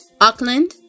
Auckland